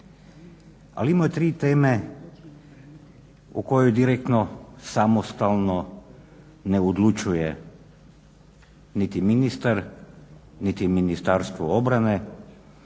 Ali ima tri teme o kojoj direktno, samostalno ne odlučuje niti ministar, niti Ministarstvo obrane